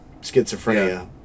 Schizophrenia